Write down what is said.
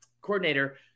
coordinator